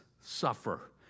suffer